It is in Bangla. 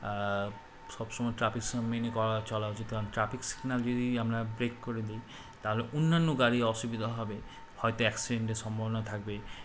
সবসময় ট্রাফিক মেনে করা চলা উচিত কারণ ট্রাফিক সিগনাল যদি আমরা ব্রেক করে দিই তাহলে অন্যান্য গাড়ি অসুবিধা হবে হয়তো অ্যাক্সিডেন্টের সম্ভাবনা থাকবে